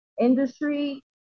industry